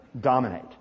dominate